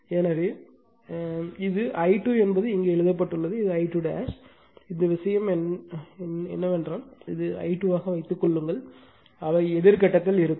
எனவே அதனால்தான் இது I2என்பது இங்கே எழுதப்பட்டுள்ளது இது I2' இந்த விஷயம் என்றால் இது I2 ஆக வைத்துக் கொள்ளுங்கள் அவை எதிர் கட்டத்தில் இருக்கும்